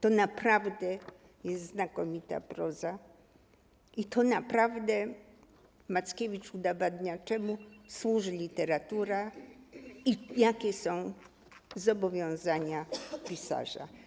To naprawdę jest znakomita proza i to naprawdę Mackiewicz udowadnia, czemu służy literatura i jakie są zobowiązania pisarza.